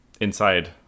inside